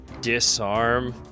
disarm